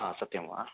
हा सत्यं वा